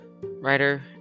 writer